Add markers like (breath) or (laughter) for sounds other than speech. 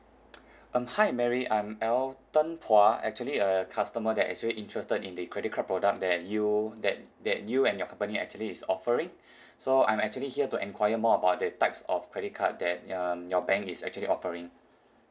um hi mary I'm elton phua actually a customer that actually interested in the credit card product that you that that you and your company actually is offering (breath) so I'm actually here to enquire more about the types of credit card that um your bank is actually offering